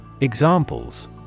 Examples